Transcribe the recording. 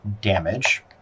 damage